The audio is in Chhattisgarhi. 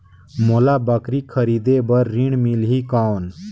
मोला बकरी खरीदे बार ऋण मिलही कौन?